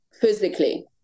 physically